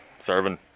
serving